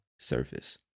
surface